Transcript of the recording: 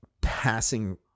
passing